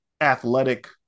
athletic